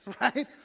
right